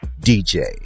DJ